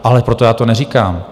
Ale proto já to neříkám.